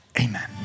amen